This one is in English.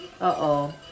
uh-oh